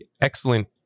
excellent